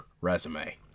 resume